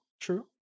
True